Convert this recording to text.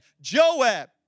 Joab